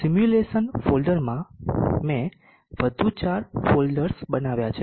simulation ફોલ્ડરમાં મેં વધુ ચાર ફોલ્ડર્સ બનાવ્યાં છે